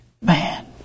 Man